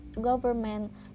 government